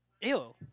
Ew